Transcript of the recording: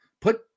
Put